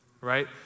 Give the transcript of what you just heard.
right